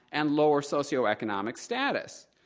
and lower socioeconomic status.